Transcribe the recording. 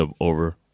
over